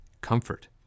Comfort